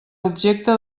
objecte